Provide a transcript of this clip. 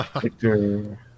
Victor